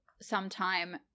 sometime